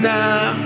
now